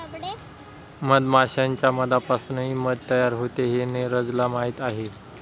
मधमाश्यांच्या मधापासूनही मध तयार होते हे नीरजला माहीत आहे